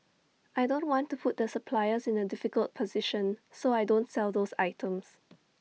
I don't want to put the suppliers in A difficult position so I don't sell those items